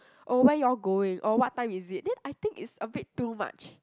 oh where you all going oh what time is it then I think it's a bit too much